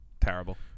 Terrible